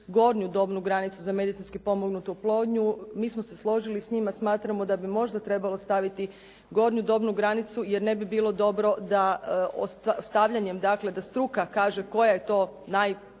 gornju dobnu granicu za medicinski pomognutu oplodnju. Mi smo se složili s njima. Smatramo da bi možda trebalo staviti gornju dobnu granicu jer ne bi bilo dobro da stavljanjem, dakle da struka kaže koja je to najpovoljnija